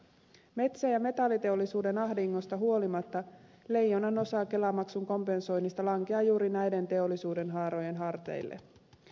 metsä ja metalliteollisuuden ahdingosta huolimatta leijonanosa kelamaksun kompensoinnista lankeaa juuri näiden teollisuudenhaarojen harteille